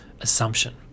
assumption